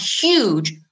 huge